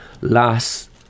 last